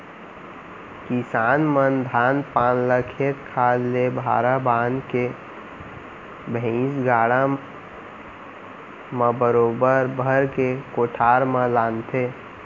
किसान मन धान पान ल खेत खार ले भारा बांध के भैंइसा गाड़ा म बरोबर भर के कोठार म लानथें